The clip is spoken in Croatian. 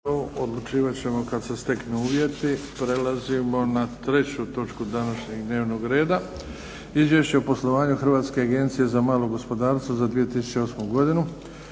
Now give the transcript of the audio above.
**Bebić, Luka (HDZ)** Prelazimo na 3. točku današnjeg dnevnog reda. - Izvješće o poslovanju Hrvatske agencije za malo gospodarstvo za 2008. godinu